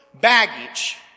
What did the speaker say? baggage